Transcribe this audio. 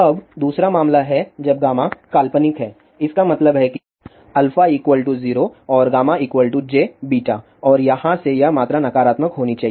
अब दूसरा मामला है जब गामा काल्पनिक है इसका मतलब है कि α 0 और jβ और यहां से यह मात्रा नकारात्मक होनी चाहिए